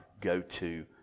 go-to